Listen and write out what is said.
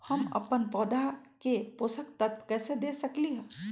हम अपन पौधा के पोषक तत्व कैसे दे सकली ह?